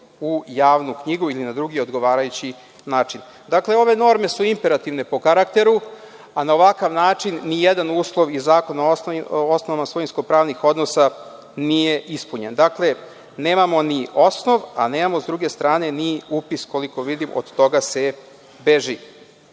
u javnu knjigu ili na drugi odgovarajući način. Dakle, ove norme su imperativne po karakteru, a na ovakav način nijedan uslov i Zakon o osnovama svojinsko pravnih odnosa nije ispunjen. Dakle, nemamo ni osnov, a nemamo sa druge strane ni upis koliko vidim, od toga se